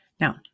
Now